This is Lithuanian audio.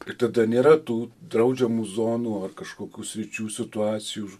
ir tada nėra tų draudžiamų zonų ar kažkokių sričių situacijų